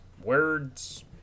words